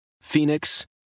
phoenix